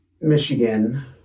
Michigan